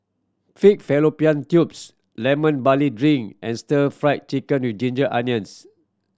pig fallopian tubes Lemon Barley Drink and Stir Fried Chicken With Ginger Onions